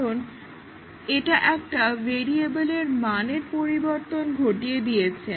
কারন এটা একটা ভেরিয়েবলের মানের পরিবর্তন ঘটিয়ে দিয়েছে